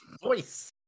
voice